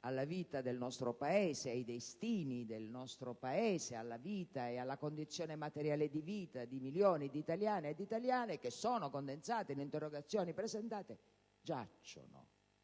alla vita del nostro Paese, ai destini del nostro Paese, alle condizioni materiali di vita di milioni di italiani e di italiane, che sono condensate in interrogazioni presentate, giacciono